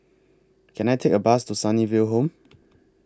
Can I Take A Bus to Sunnyville Home